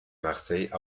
marseille